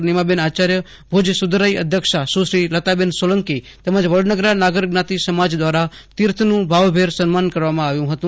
નીમાબેન આચાર્ય ભુજ સુધરાઈ અધ્યક્ષા સુશ્રી લતાબેન સોલંકી તેમજ વડનગરા નાગર જ્ઞાતિ સમાજ દ્વારા તીર્થનું ભાવભેર સમાન કરવામાં આવ્યું હતું